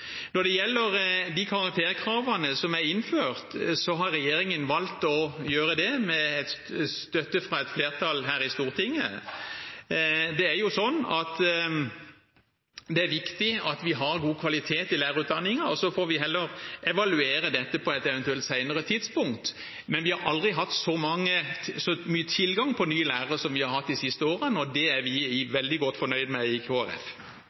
Når det gjelder karakterkravene som er innført, har regjeringen valgt å gjøre det med støtte fra et flertall her i Stortinget. Det er viktig at vi har god kvalitet i lærerutdanningen. Vi får heller eventuelt evaluere dette på et senere tidspunkt. Men det har aldri vært en så stor tilgang på nye lærere som det har vært de siste årene, og det er vi i Kristelig Folkeparti veldig godt fornøyd med. Regjeringen peker selv på at tiltakene som er med i